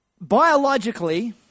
Biologically